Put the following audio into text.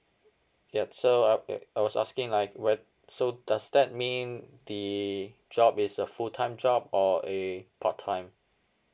yup so uh wait I was asking like whet~ so does that mean the job is a full time job or a part time